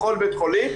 בכל בית חולים,